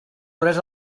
res